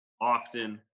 often